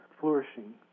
flourishing